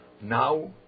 Now